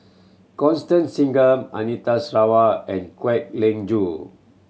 Constan Singam Anita Sarawak and Kwek Leng Joo